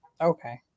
okay